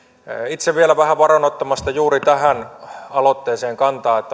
itse vielä vähän varon ottamasta juuri tähän aloitteeseen kantaa